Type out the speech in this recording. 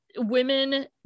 women